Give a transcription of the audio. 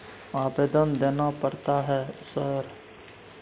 आवेदन देना पड़ता है सर?